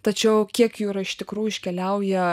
tačiau kiek jų yra iš tikrųjų iškeliauja